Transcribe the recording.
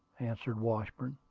answered washburn.